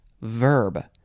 Verb